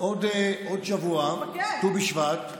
אינו נוכח, חבר הכנסת אלון שוסטר,